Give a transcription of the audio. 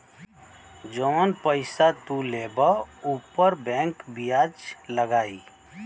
जौन पइसा तू लेबा ऊपर बैंक बियाज लगाई